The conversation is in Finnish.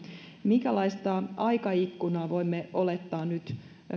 minkälaista aikaikkunaa voimme nyt olettaa